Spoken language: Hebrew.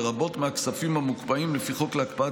לרבות מהכספים המוקפאים לפי חוק להקפאת